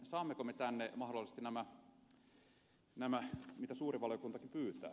saammeko me tänne mahdollisesti nämä mitä suuri valiokuntakin pyytää